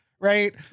right